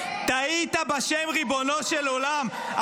טעית בשם, ריבונו של עולם.